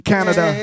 Canada